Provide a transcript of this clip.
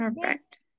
Perfect